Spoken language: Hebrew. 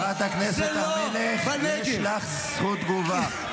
חברת הכנסת הר מלך, יש לך זכות תגובה.